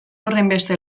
horrenbeste